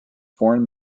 foreign